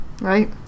right